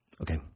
Okay